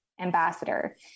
ambassador